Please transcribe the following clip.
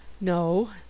No